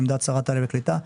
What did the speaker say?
עמדת שרת העלייה והקליטה,